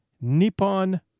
Nippon